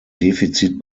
defizit